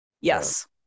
Yes